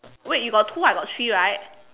wait you got two I got three right